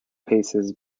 paces